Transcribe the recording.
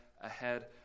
ahead